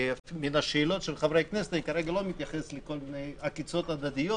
כי מהשאלות של חברי הכנסת ואני לא מתייחס לכל מיני עקיצות הדדיות,